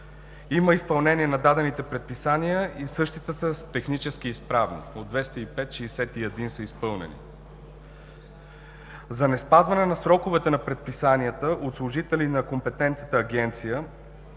Има изпълнение на дадените предписания и същите са технически изправни: от 205 – 61 са изпълнени. За неспазване сроковете на предписанията от служители на компетентната агенция